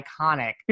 iconic